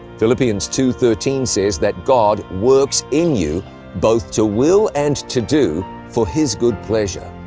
philippians two thirteen says that god works in you both to will and to do for his good pleasure.